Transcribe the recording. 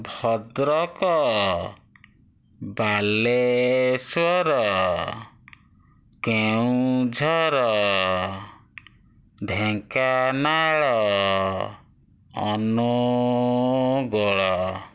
Bhadrak Baleswar Kendujhar Dhenkanal Angul